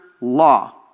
law